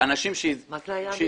מה שקרה זה שכנראה הפריע